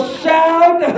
shout